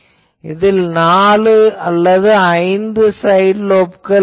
இதில் 4 5 சைட் லோப்கள் உள்ளன